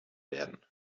werden